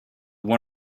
one